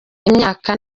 imyaka